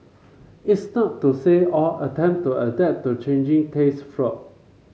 it's not to say all attempt to adapt to changing taste flopped